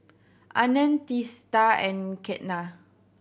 Anand Teesta and Ketna